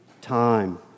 time